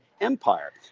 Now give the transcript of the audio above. Empire